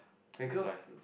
that's why